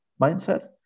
mindset